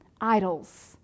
idols